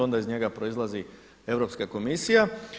Onda iz njega proizlazi Europska komisija.